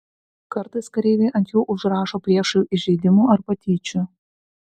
kartais kareiviai ant jų užrašo priešui įžeidimų ar patyčių